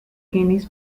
guinness